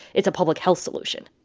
it's a public health solution?